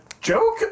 joke